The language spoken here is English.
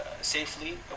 safely